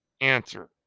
answer